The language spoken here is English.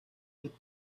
with